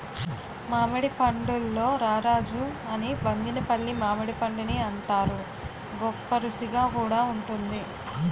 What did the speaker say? మామిడి పండుల్లో రారాజు అని బంగినిపల్లి మామిడిపండుని అంతారు, గొప్పరుసిగా కూడా వుంటుంది